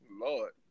Lord